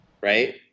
right